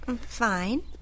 Fine